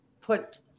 put